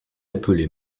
appelée